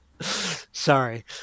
Sorry